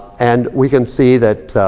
and we can see that